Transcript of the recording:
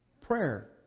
prayer